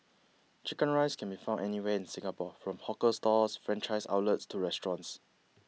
Chicken Rice can be found anywhere in Singapore from hawker stalls franchised outlets to restaurants